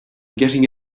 getting